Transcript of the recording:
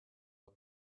are